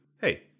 Hey